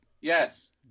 Yes